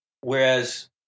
Whereas